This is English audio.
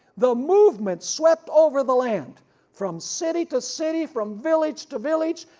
the movement swept over the land from city to city, from village to village,